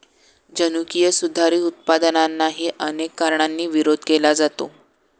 जनुकीय सुधारित उत्पादनांनाही अनेक कारणांनी विरोध केला जातो